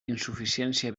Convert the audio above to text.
insuficiència